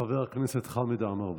חבר הכנסת חמד עמאר,